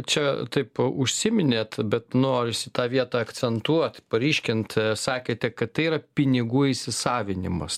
čia taip užsiminėt bet norisi tą vietą akcentuot paryškint sakėte kad tai yra pinigų įsisavinimas